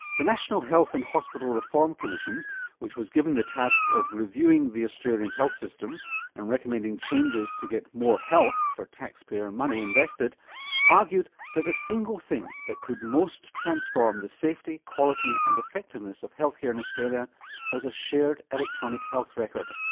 the national health and hospital reform commission which was given the task of reviewing the australian health system and recommending changes to get more health for taxpayer money invested, they argued that the single thing that could most transform the safety, quality and effectiveness of health care in australia was a shared electronic health record.